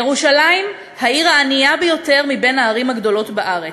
ירושלים היא העיר הענייה ביותר בין הערים הגדולות בארץ,